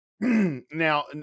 Now